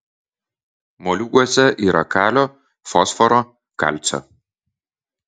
moliūguose yra kalio fosforo kalcio